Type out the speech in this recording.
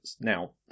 Now